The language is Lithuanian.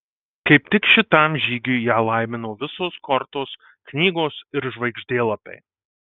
kaip tik šitam žygiui ją laimino visos kortos knygos ir žvaigždėlapiai